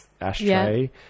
ashtray